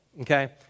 okay